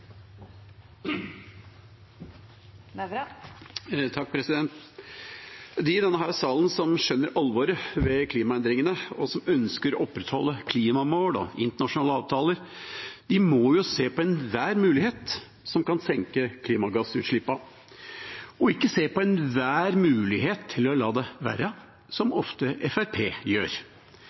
De i denne salen som skjønner alvoret ved klimaendringene, og som ønsker å opprettholde klimamål og internasjonale avtaler, må se på enhver mulighet for å senke klimagassutslippene – og ikke se på enhver mulighet for å la det være, som Fremskrittspartiet ofte gjør.